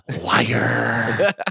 liar